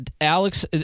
Alex